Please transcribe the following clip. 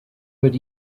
would